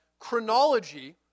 chronology